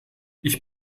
ich